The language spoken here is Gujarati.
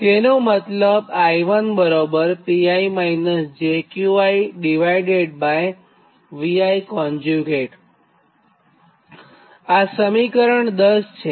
તેનો મતલબ IiPi j QiVi આ સમીકરણ 10 છે